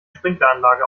sprinkleranlage